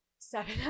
Seven